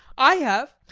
i have.